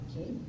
Okay